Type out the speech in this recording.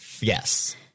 Yes